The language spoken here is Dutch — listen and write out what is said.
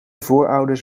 voorouders